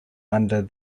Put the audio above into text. under